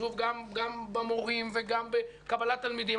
גם במורים וגם בקבלת תלמידים,